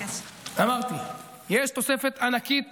אמרתי שיש תוספת ענקית